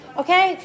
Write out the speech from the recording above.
okay